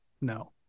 No